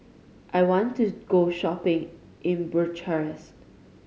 I want to go shopping in Bucharest